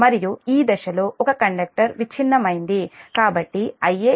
మరియు ఈ దశలో ఒక కండక్టర్ విచ్ఛిన్నమైంది కాబట్టి Ia 0